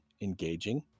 engaging